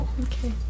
Okay